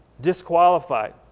disqualified